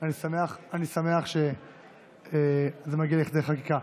ואני שמח שזה מגיע לכדי חקיקה.